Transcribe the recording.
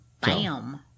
Bam